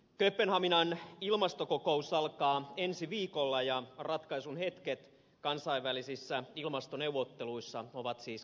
kööpenhaminan ilmastokokous alkaa ensi viikolla ja ratkaisun hetket kansainvälisissä ilmastoneuvotteluissa ovat siis käsillä